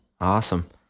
awesome